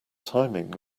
timing